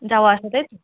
যাওয়া আসা তাই তো